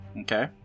Okay